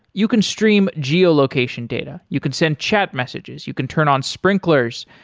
you can stream geo-location data. you can send chat messages, you can turn on sprinklers,